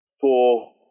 four